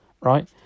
Right